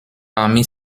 parmi